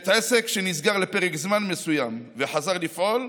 בית עסק שנסגר לפרק זמן מסוים וחזר לפעול,